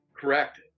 correct